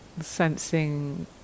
Sensing